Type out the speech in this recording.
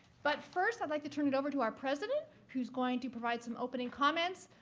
but first, i'd like to turn it over to our president, who's going to provide some opening comments.